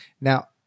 now